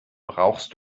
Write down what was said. brauchst